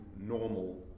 normal